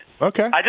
Okay